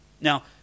Now